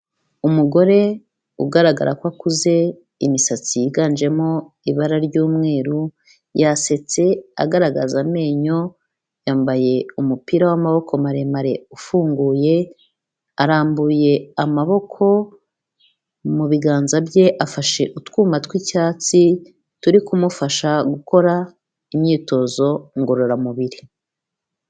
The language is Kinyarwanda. Umugore ugaragara ko akuze, imisatsi yiganjemo ibara ry'umweru, yasetse agaragaza amenyo, yambaye umupira w'amaboko maremare ufunguye, arambuye amaboko, mu biganza bye afashe utwuma tw'icyatsi turi kumufasha gukora imyitozo ngororamubiri.